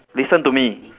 listen to me